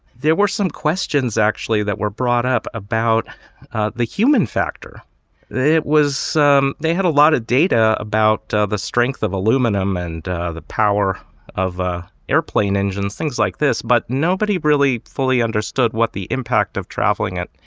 there were some questions actually that were brought up about the human factor it was they had a lot of data about the strength of aluminum and the power of ah airplane engines, things like this. but nobody really fully understood what the impact of traveling it,